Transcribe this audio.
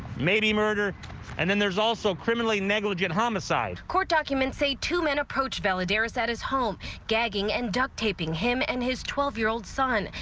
maybe murder and then there's also criminally negligent homicide court documents say two men approached valid airs at his home gagging and duct taping him and his twelve year-old son.